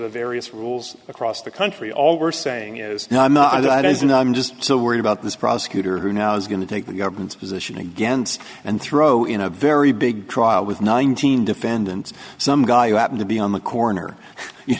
the various rules across the country all we're saying is no i'm not of that is not i'm just so worried about this prosecutor who now is going to take the government's position against and throw in a very big trial with nineteen defendants some guy who happened to be on the corner you